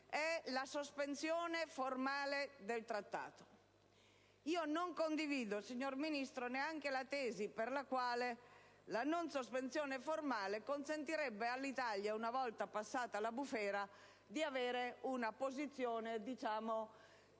è la sospensione formale del Trattato. Non condivido, signor Ministro, neanche la tesi per la quale la non sospensione formale consentirebbe all'Italia, una volta passata la bufera, di avere una posizione di